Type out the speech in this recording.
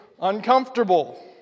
uncomfortable